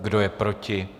Kdo je proti?